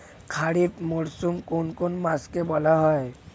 খারিফ মরশুম কোন কোন মাসকে বলা হয়?